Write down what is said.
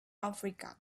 africa